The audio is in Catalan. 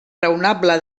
raonable